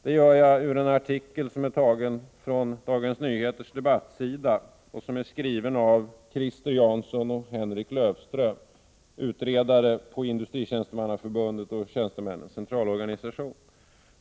Jag citerar ur en artikel från Dagens Nyheters debattsida skriven av Christer Jansson och Henric Löf ström, utredare i Industritjänstemannaförbundet och Tjänstemännens Centralorganisation.